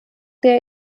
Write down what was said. der